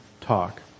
talk